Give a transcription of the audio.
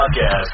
podcast